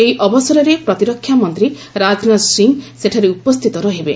ଏହି ଅବସରରେ ପ୍ରତିରକ୍ଷାମନ୍ତ୍ରୀ ରାଜନାଥ ସିଂହ ସେଠାରେ ଉପସ୍ଥିତ ରହିବେ